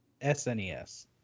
SNES